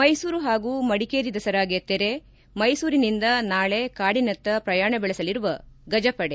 ಮೈಸೂರು ಹಾಗೂ ಮಡಿಕೇರಿ ದಸರಾಗೆ ತೆರೆ ಮೈಸೂರಿನಿಂದ ನಾಳೆ ಕಾಡಿನತ್ತ ಪ್ರಯಾಣ ಬೆಳೆಸಲಿರುವ ಗಜಪಡೆ